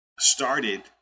started